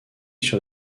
sur